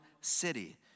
city